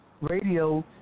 radio